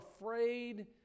afraid